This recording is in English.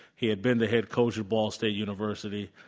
he had been the head coach of ball state university.